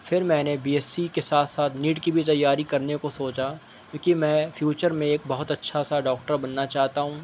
پھر میں نے بی ایس سی کے ساتھ ساتھ نیٹ کی بھی تیاری کرنے کو سوچا کیونکہ میں فیوچر میں ایک بہت اچھا سا ڈاکٹر بننا چاہتا ہوں